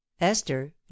esther